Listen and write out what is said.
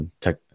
tech